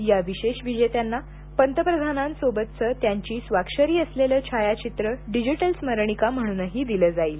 या विशेष विजेत्यांना पंतप्रधानांसोबतचं त्यांची स्वाक्षरी असलेलं छायाचित्र डिजिटल स्मरणिका म्हणूनही दिले जाईल